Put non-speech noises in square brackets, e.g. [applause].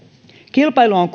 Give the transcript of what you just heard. kilpailu on [unintelligible]